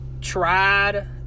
tried